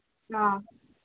ꯑ